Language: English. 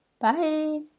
Bye